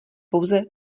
pouze